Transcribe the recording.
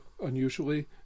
unusually